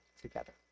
together